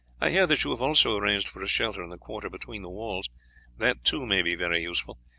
i hear that you have also arranged for a shelter in the quarter between the walls that too may be very useful,